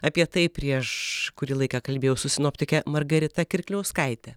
apie tai prieš kurį laiką kalbėjau su sinoptike margarita kirkliauskaite